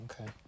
Okay